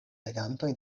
legantoj